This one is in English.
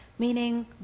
Meaning